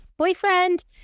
boyfriend